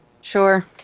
sure